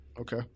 Okay